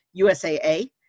USAA